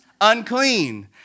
unclean